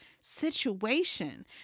situation